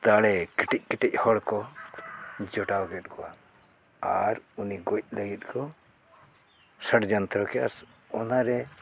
ᱫᱟᱲᱮ ᱠᱟᱹᱴᱤᱡᱼᱠᱟᱹᱴᱤᱡ ᱦᱚᱲ ᱠᱚ ᱡᱚᱴᱟᱣ ᱠᱮᱫ ᱠᱚᱣᱟ ᱟᱨ ᱩᱱᱤ ᱜᱚᱡ ᱞᱟᱹᱜᱤᱫ ᱠᱚ ᱥᱚᱲᱡᱚᱱᱛᱨᱚ ᱠᱮᱫᱼᱟ ᱚᱱᱟᱨᱮ